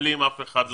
מפלים אף אחד.